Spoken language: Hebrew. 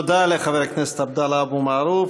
תודה לחבר הכנסת עבדאללה אבו מערוף.